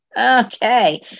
Okay